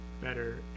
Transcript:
better